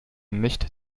nicht